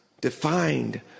defined